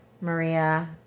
Maria